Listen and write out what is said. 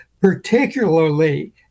particularly